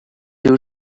you